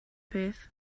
peth